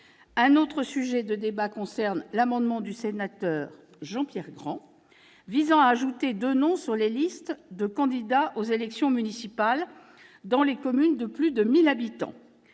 Un autre sujet de discussion concerne l'amendement du sénateur Jean-Pierre Grand visant à ajouter deux noms sur les listes de candidats aux élections municipales dans les communes de plus de 1 000 habitants.